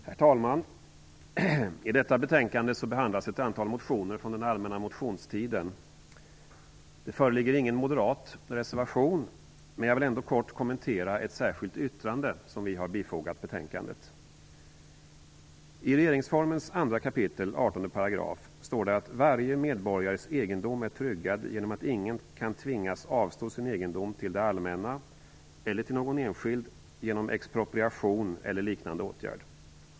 Herr talman! I detta betänkande behandlas ett antal motioner från den allmänna motionstiden. Det föreligger ingen moderat reservation, men jag vill ändå kort kommentera ett särskilt yttrande som vi har fogat vid betänkandet. I regeringsformens 2 kap. 18 § står det att varje medborgares egendom är tryggad genom att ingen kan tvingas avstå sin egendom till det allmänna eller till någon enskild genom expropriation eller liknande åtgärd.